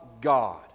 God